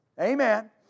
Amen